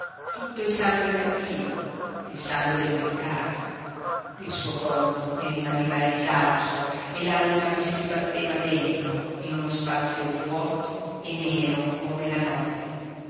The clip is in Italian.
tutto il sangue cattivo il sangue del peccato il suo corpo ne rimaneva esausto e l'anima vi si sbatteva dentro in uno spazio vuoto e nero come la notte